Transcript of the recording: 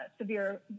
severe